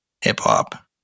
hip-hop